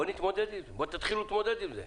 בוא תתחילו להתמודד עם זה.